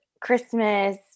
Christmas